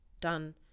done